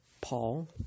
Paul